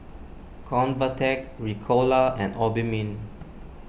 Convatec Ricola and Obimin